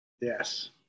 Yes